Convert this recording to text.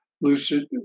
lucid